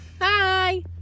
Hi